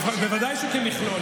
בוודאי שכמכלול,